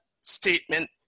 statement